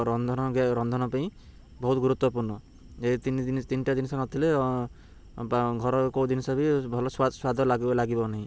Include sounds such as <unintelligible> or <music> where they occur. ରନ୍ଧନ <unintelligible> ରନ୍ଧନ ପାଇଁ ବହୁତ ଗୁରୁତ୍ୱପୂର୍ଣ୍ଣ ଏଇ ତିନିିଦିନି ତିନିଟା ଜିନିଷ ନଥିଲେ ଘର କେଉଁ ଜିନିଷ ବି ଭଲ ସ୍ୱାଦ ଲାଗିବ ନାହିଁ